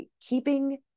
keeping